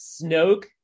Snoke